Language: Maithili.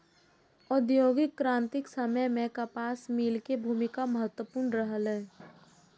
औद्योगिक क्रांतिक समय मे कपास मिल के भूमिका महत्वपूर्ण रहलै